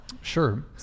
Sure